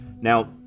Now